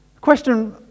Question